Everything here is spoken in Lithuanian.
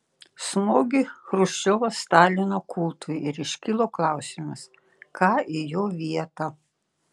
smogė chruščiovas stalino kultui ir iškilo klausimas ką į jo vietą